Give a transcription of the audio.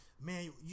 man